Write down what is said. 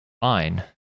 fine